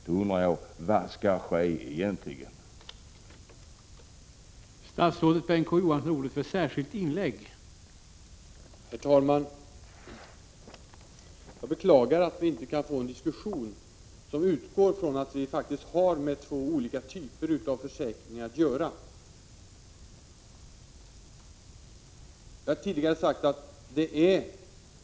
Jag undrar då: Vad skall egentligen ske för att så skall vara fallet?